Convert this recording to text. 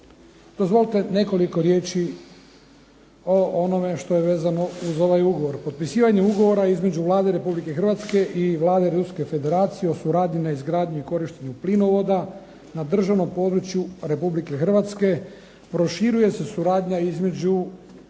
Dozvolite nekoliko riječi o onome što je vezano uz ovaj ugovor. Potpisivanje Ugovora između Vlade Republike Hrvatske i Vlade Ruske Federacije o suradnji na izgradnji i korištenju plinovoda na državnom području Republike Hrvatske proširuje se suradnja između